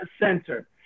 Center